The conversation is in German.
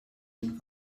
den